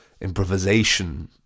improvisation